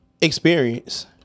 experience